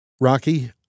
Rocky